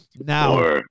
Now